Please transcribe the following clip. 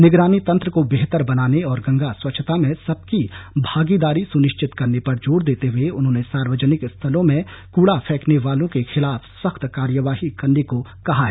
निगरानी तंत्र को बेहतर बनाने और गंगा स्वच्छता में सबकी भागीदारी सुनिश्चित करने पर जोर देते हुए उन्होंने सार्वजनिक स्थलों में कूडा फेकने वालों के खिलाफ सख्त कार्यवाही करने को कहा है